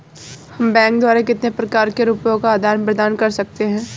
हम बैंक द्वारा कितने प्रकार से रुपये का आदान प्रदान कर सकते हैं?